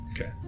Okay